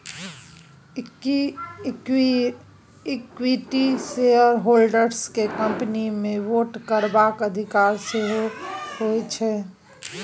equity shareholders केँ company मे vote करबाक अधिकार सेहो होइ छै